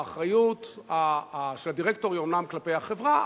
האחריות של הדירקטור היא אומנם כלפי החברה,